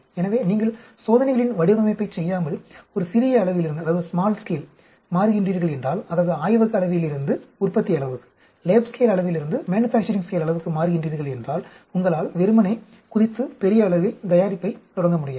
எனவே நீங்கள் சோதனைகளின் வடிவமைப்பைச் செய்யாமல் ஒரு சிறிய அளவிலிருந்து மாறுகின்றீர்கள் என்றால் அதாவது ஆய்வக அளவிலிருந்து உற்பத்தி அளவுக்கு மாறுகின்றீர்கள் என்றால் உங்களால் வெறுமனே குதித்து பெரிய அளவில் தயாரிப்பைத் தொடங்க முடியாது